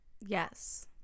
yes